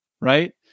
right